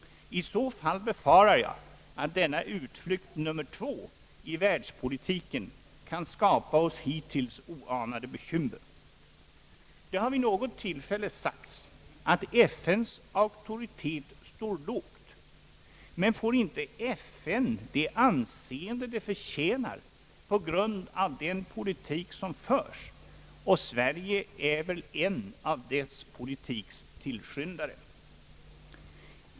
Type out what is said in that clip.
I så fall befarar jag att denna utflykt nummer 2 i världspolitiken kan skapa oss hittills oanade bekymmer. Det har vid något tillfälle sagts att FN:s auktoritet står lågt, men får inte FN det anseende det förtjänar på grund av den politik som förs, och Sverige är väl en av dess politiks tillskyndare?